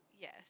Yes